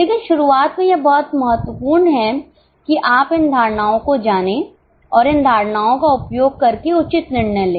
लेकिन शुरुआत में यह बहुत महत्वपूर्ण है कि आप इन धारणाओं को जाने और इन धारणाओं का उपयोग करके उचित निर्णय ले